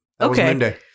Okay